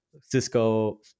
Cisco